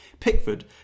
Pickford